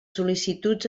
sol·licituds